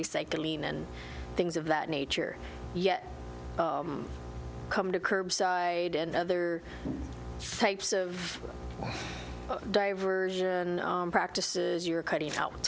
recycling and things of that nature yet come to curbside and other types of diversion practices you're cutting out